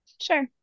Sure